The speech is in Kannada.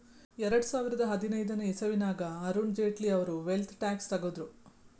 ಎರಡು ಸಾವಿರದಾ ಹದಿನೈದನೇ ಇಸವಿನಾಗ್ ಅರುಣ್ ಜೇಟ್ಲಿ ಅವ್ರು ವೆಲ್ತ್ ಟ್ಯಾಕ್ಸ್ ತಗುದ್ರು